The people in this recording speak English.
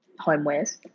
homewares